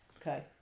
Okay